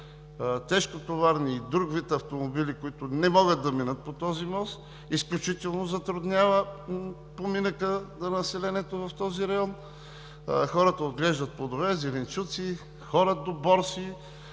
тежкотоварни и друг вид автомобили, които не могат да минат по този мост, изключително затруднява поминъка на населението в този район. Хората отглеждат плодове, зеленчуци, ходят до борси